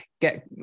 get